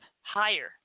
higher